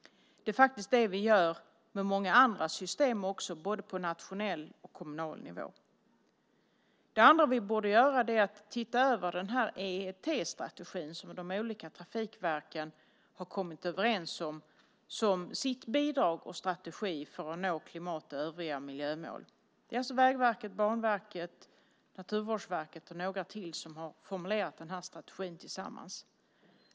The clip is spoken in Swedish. Det är faktiskt det vi gör med många andra system också, på både nationell och kommunal nivå. Det andra vi borde göra är att titta över EET-strategin, som de olika trafikverken har kommit överens om som sitt bidrag och sin strategi för att nå klimatmålet och övriga miljömål. Det är alltså Vägverket, Banverket, Naturvårdsverket och några till som har formulerat denna strategi tillsammans.